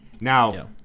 Now